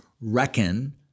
reckon